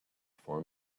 for